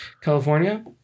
California